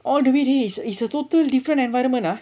all the way dey it's it's a total different environment lah